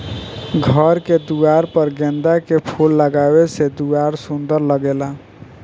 घर के दुआर पर गेंदा के फूल लगावे से दुआर सुंदर लागेला